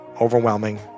overwhelming